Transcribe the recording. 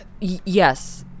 Yes